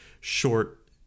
short